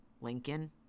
Lincoln